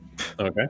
Okay